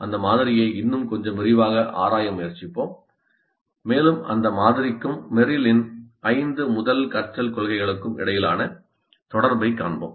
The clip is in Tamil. அந்த மாதிரியை இன்னும் கொஞ்சம் விரிவாக ஆராய முயற்சிப்போம் மேலும் அந்த மாதிரிக்கும் மெர்லின் ஐந்து முதல் கற்றல் கொள்கைகளுக்கும் இடையிலான தொடர்பைக் காண்போம்